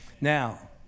Now